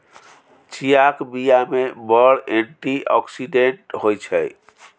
चीयाक बीया मे बड़ एंटी आक्सिडेंट होइ छै